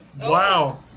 Wow